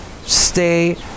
Stay